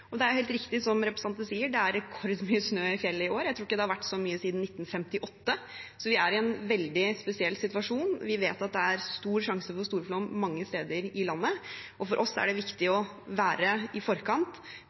Det er helt riktig som representanten sier, at det er rekordmye snø i fjellet i år. Jeg tror ikke det har vært så mye siden 1958. Så vi er i en veldig spesiell situasjon. Vi vet at det er stor risiko for storflom mange steder i landet, og for oss er det viktig å være i forkant.